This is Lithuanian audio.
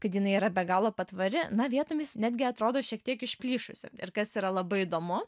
kad jinai yra be galo patvari na vietomis netgi atrodo šiek tiek išplyšusi ir kas yra labai įdomu